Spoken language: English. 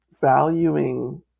valuing